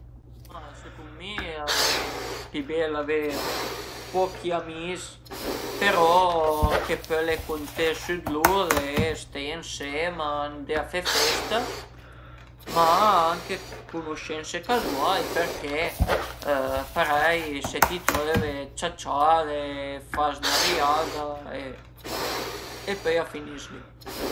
Ma secund mi al e pi bel avé pochi amis, però che pöle cunté sü d'lur e steie ënsema, andé a fe festa, ma anche cunuscense cazuai che parei se t'i tröve ciaciare, faz 'na riada e pöi a finis li